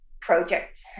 project